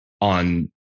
on